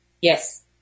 Yes